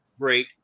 great